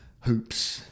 hoops